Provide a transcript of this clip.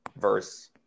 verse